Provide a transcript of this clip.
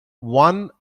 one